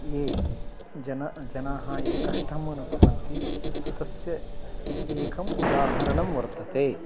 ये जनाः जनाः ये कष्टम् अनुभवन्ति तस्य एकम् उदाहरणं वर्तते